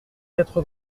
quatre